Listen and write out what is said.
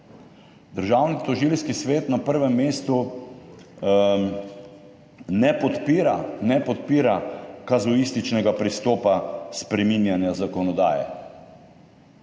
Državnotožilski svet na prvem mestu ne podpira kazuističnega pristopa spreminjanja zakonodaje.